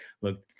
look